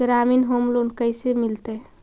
ग्रामीण home loan कैसे मिलतै?